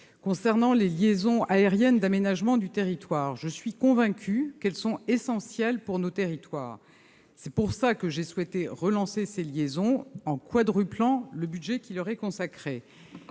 Concernant les liaisons aériennes d'aménagement du territoire, je suis convaincue qu'elles sont essentielles pour nos territoires. C'est pour cette raison que j'ai souhaité relancer ces liaisons en quadruplant le budget qui leur est consacré.